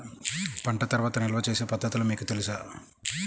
పంట తర్వాత నిల్వ చేసే పద్ధతులు మీకు తెలుసా?